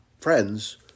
friends